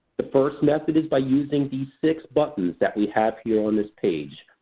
the first method is by using these six buttons that we have here on this page.